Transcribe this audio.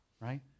right